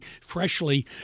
freshly